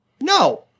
No